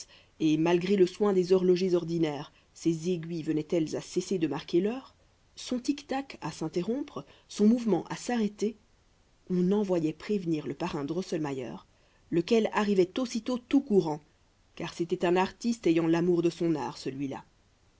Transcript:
et malgré le soin des horlogers ordinaires ses aiguilles venaient elles à cesser de marquer l'heure son tic-tac à s'interrompre son mouvement à s'arrêter on envoyait prévenir le parrain drosselmayer lequel arrivait aussitôt tout courant car c'était un artiste ayant l'amour de son art celui-là